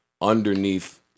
underneath